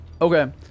Okay